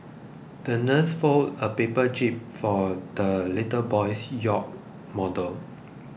the nurse folded a paper jib for the little boy's yacht model